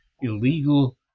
illegal